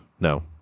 no